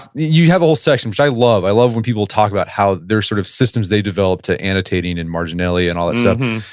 you have all sections. i love i love when people talk about how they're sort of systems they develop to annotating and marginalia and all that stuff.